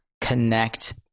connect